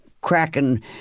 cracking